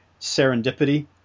serendipity